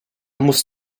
musst